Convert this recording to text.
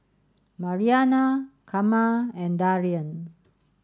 Marianna Carma and Darion